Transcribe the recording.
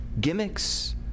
gimmicks